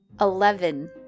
Eleven